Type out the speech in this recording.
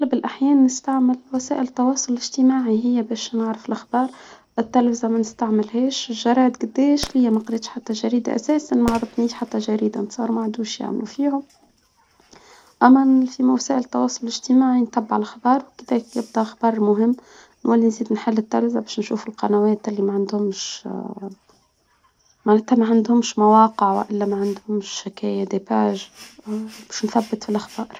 أغلب الأحيان نستعمل وسائل التواصل الاجتماعي هي باش نعرف الأخبار، بطلنا زمان نستعملهاش الجرايد قداش ليا ما قريتش حتى جريدة أساسًا ما عرفنيش حتى جريدة صار ما عندوش يعملوا فيها. أما وسائل التواصل الاجتماعي نتبع الأخبار، أخبار مهم نحل الطريزة باش نشوف القنوات اللي ما عندهمش معناتها ما عندهمش مواقع ولا ما عندهمش شكاية ديباج باش نثبت في الأخبار.